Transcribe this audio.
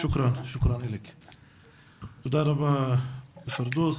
תודה רבה לפירדאוס.